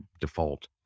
default